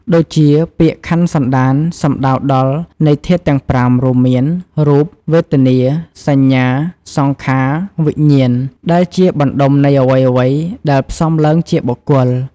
ដូចជា ពាក្យខន្ធសន្តាន សំដៅដល់នៃធាតុទាំង៥ រួមមាន រូប វេទនា សញ្ញា សង្ខារ វិញ្ញាណ ដែលជាបណ្តុំនៃអ្វីៗដែលផ្សំឡើងជាបុគ្គល។